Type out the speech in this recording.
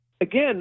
again